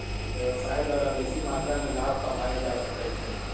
व्यवसाय द्वारा बेशी मत्रा में लाभ कमायल जा सकइ छै